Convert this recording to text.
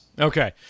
Okay